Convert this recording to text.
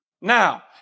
Now